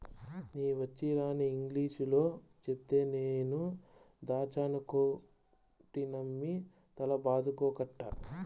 నీ వచ్చీరాని ఇంగిలీసులో చెప్తే నేను దాచ్చనుకుంటినమ్మి తల బాదుకోకట్టా